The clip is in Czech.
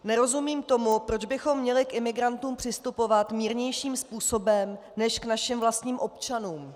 Nerozumím tomu, proč bychom měli k imigrantům přistupovat mírnějším způsobem než k našim vlastním občanům.